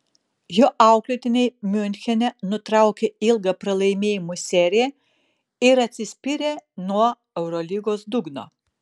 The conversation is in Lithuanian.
jo auklėtiniai miunchene nutraukė ilgą pralaimėjimų seriją ir atsispyrė nuo eurolygos dugno